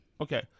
Okay